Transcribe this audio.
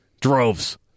droves